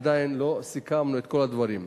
ועדיין לא סיכמנו את כל הדברים.